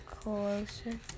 Closer